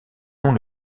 non